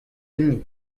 enni